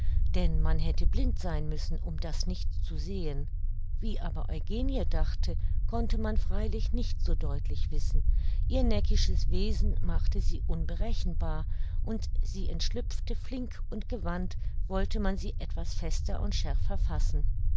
denn man hätte blind sein müssen um das nicht zu sehen wie aber eugenie dachte konnte man freilich nicht so deutlich wissen ihr neckisches wesen machte sie unberechenbar und sie entschlüpfte flink und gewandt wollte man sie etwas fester und schärfer fassen